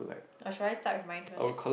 or should I start with mine first